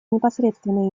непосредственные